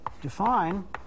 define